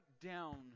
down